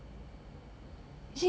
uh